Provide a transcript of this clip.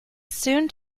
soon